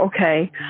okay